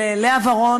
של לאה ורון,